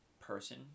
person